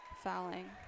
fouling